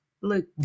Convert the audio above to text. Look